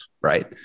Right